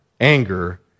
anger